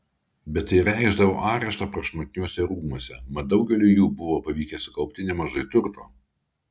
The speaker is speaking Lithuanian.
bet tai reikšdavo areštą prašmatniuose rūmuose mat daugeliui jų buvo pavykę sukaupti nemažai turto